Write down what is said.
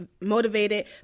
motivated